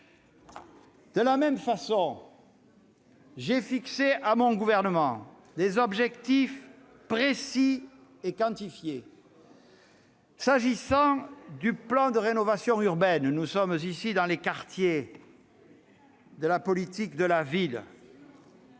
De même, j'ai fixé à mon gouvernement des objectifs précis et quantifiés s'agissant du plan de rénovation urbaine et des 450 quartiers de la politique de la ville.